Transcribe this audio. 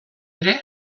ere